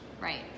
Right